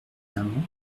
maman